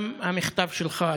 גם המכתב שלך,